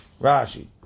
Rashi